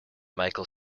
michael